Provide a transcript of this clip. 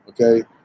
okay